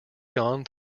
gone